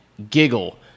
Giggle